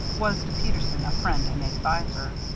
was to peterson a friend and adviser.